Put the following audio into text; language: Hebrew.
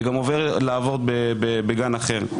וגם עוברת לעבוד בגן אחר.